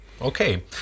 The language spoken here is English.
Okay